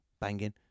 banging